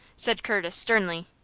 said curtis, sternly.